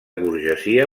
burgesia